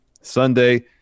Sunday